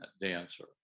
dancer